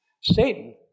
Satan